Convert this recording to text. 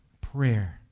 prayer